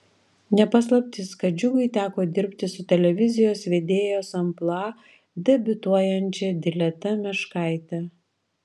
ne paslaptis kad džiugui teko dirbti su televizijos vedėjos amplua debiutuojančia dileta meškaite